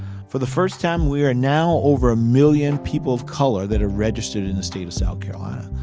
for the first time, we are now over a million people of color that are registered in the state of south carolina.